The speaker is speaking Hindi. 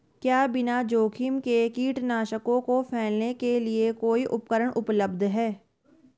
क्या बिना जोखिम के कीटनाशकों को फैलाने के लिए कोई उपकरण उपलब्ध है?